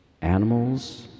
animals